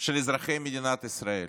של אזרחי מדינת ישראל,